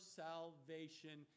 salvation